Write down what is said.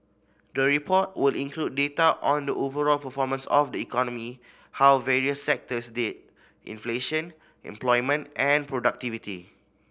the report will include data on the overall performance of the economy how various sectors did inflation employment and productivity